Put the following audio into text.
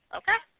okay